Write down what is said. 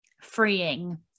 freeing